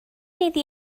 iddi